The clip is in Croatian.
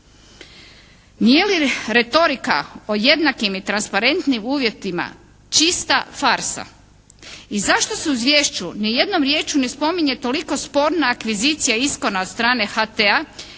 Nije li retorika o jednakim i transparentnim uvjetima čista farsa? I zašto se u izvješću ni jednom riječju ne spominje toliko sporna akvizicija ISKON-a od strane HT-a